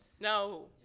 No